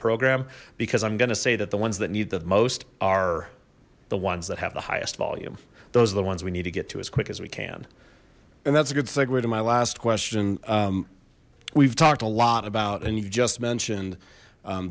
program because i'm gonna say that the ones that need that most are the ones that have the highest volume those are the ones we need to get to as quick as we can and that's a good segue to my last question we've talked a lot about and you've just mentioned